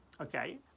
Okay